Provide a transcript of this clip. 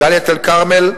דאלית-אל-כרמל,